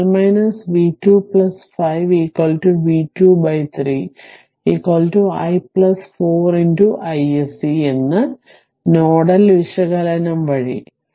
12 v 2 5 v 2 3 i 4 iSC എന്ന് nodal വിശകലനം വഴി